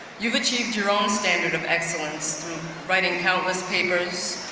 you've achieved your own standard of excellence, through writing countless papers,